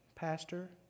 Pastor